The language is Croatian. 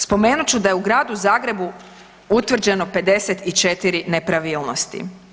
Spomenut ću da je u Gradu Zagrebu utvrđeno 54 nepravilnosti.